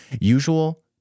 Usual